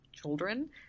Children